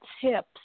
tips